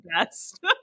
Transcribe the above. best